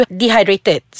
dehydrated